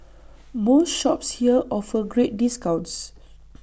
most shops here offer great discounts